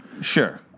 Sure